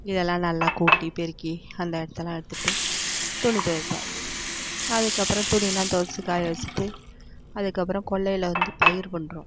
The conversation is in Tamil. இதெல்லாம் நல்லா கூட்டி பெருக்கி அந்த இடத்தலாம் எடுத்துடிட்டு துணி துவைப்பேன் அதுக்கப்புறம் துணியெலாம் துவைச்சி காய வச்சுட்டு அதுக்கப்புறம் கொல்லையில் வந்து பயிர் பண்ணுறோம்